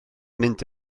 mynd